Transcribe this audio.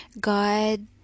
God